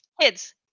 kids